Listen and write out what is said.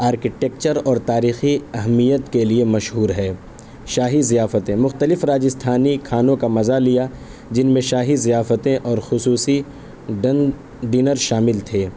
architecture اور تاریخی اہمیت کے لیے مشہور ہے شاہی ضیافتیں مختلف راجستھانی کھانوں کا مزہ لیا جن میں شاہی ضیافتیں اور خصوصی ڈنر شامل تھے